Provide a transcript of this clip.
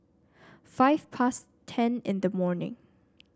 five past ten in the morning